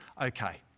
okay